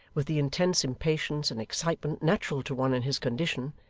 with the intense impatience and excitement natural to one in his condition,